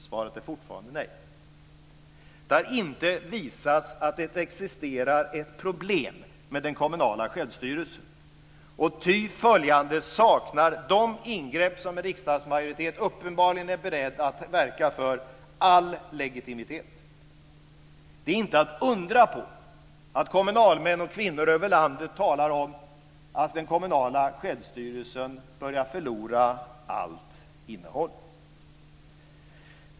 Svaret är fortfarande nej. Det har inte visats att det existerar ett problem med den kommunala självstyrelsen, och med ty följande saknar de ingrepp som riksdagsmajoriteten uppenbarligen är beredd att verka för all legitimitet. Det är inte att undra på att kommunalmän och - kvinnor över landet talar om att den kommunala självstyrelsen börjar förlora allt innehåll.